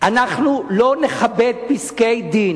אנחנו לא נכבד פסקי-דין,